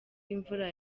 imvura